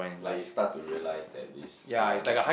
like you start to realise that it's more different